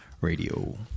radio